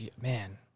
man